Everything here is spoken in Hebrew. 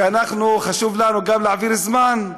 כי אנחנו, חשוב גם לנו להעביר זמן.